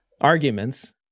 arguments